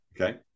Okay